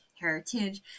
heritage